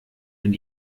wenn